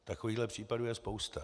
Takovýchto případů je spousta.